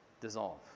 dissolve